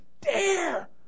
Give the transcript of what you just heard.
dare